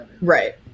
Right